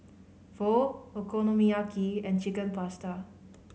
Pho Okonomiyaki and Chicken Pasta